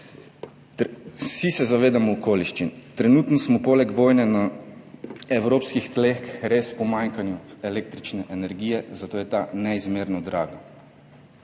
Vsi se zavedamo okoliščin. Trenutno smo poleg vojne na evropskih tleh res v pomanjkanju električne energije, zato je ta neizmerno draga.